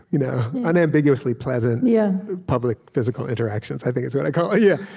you know unambiguously pleasant yeah public physical interactions, i think is what i call it. yeah